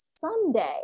Sunday